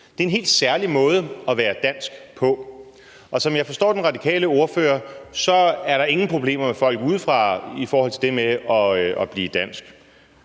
Det er en helt særlig måde at være dansk på, og som jeg forstår den radikale ordfører, er der ingen problemer med folk udefra i forhold til det med at blive dansk.